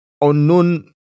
unknown